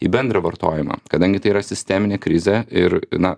į bendrą vartojimą kadangi tai yra sisteminė krizė ir na